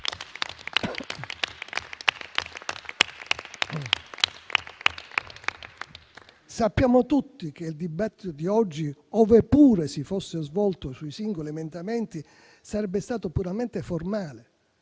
Sappiamo tutti che il dibattito di oggi, ove pure si fosse svolto sui singoli emendamenti, sarebbe stato puramente formale,